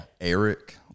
Eric